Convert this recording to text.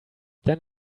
then